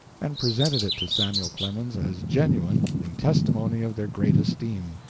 and presented it to samuel clemens as genuine, in testimony of their great esteem.